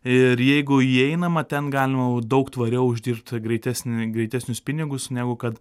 ir jeigu įeinama ten galima jau daug tvariau uždirbt greitesnį greitesnius pinigus negu kad